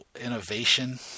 innovation